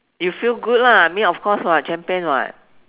you feel good lah I mean of course [what] champion [what]